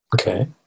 Okay